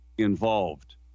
Involved